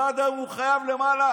ועד היום הוא חייב למעלה,